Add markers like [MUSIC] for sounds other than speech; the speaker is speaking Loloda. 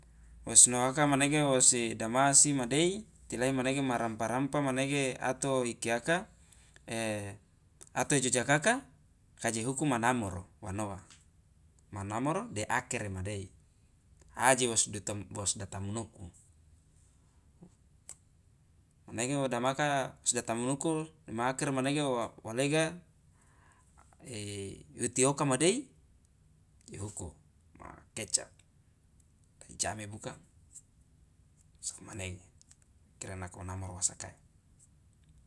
Wosnoaka manege wosi damasi madei tilahi manege ma rampa rampa manege ato ikiaka e ato ijojakaka kaje huku ma namoro wa noa ma namoro de akere madei aje [HESITATION] wosdatamunuku manege wo damaka wosdatamunuku dema akere manege wa lega iuti oka madei aje huku ma kecap ijame bukang sokomanege kira kira nako namoro wo sakai.